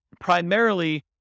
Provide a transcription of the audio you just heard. primarily